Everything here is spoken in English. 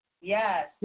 Yes